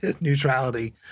neutrality